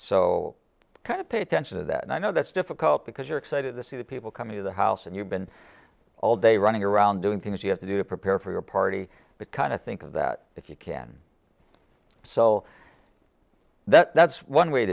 so kind of pay attention to that and i know that's difficult because you're excited to see the people coming to the house and you've been all day running around doing things you have to do to prepare for your party because i think that if you can so that that's one way